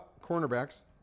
Cornerback's